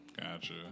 Gotcha